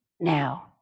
now